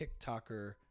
TikToker